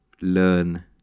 learn